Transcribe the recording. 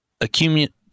accumulate